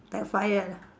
like fired ah